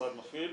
שהמשרד מפעיל.